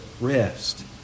rest